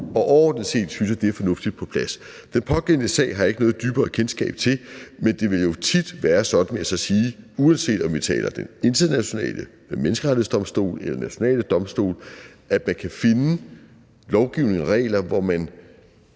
Og overordnet set synes jeg, det er fornuftigt og på plads. Den pågældende sag har jeg ikke noget dybere kendskab til. Men det vil jo tit være sådan, vil jeg så sige, uanset om vi taler om den internationale menneskerettighedsdomstol eller nationale domstole, at man kan finde lovgivning og regler, hvor man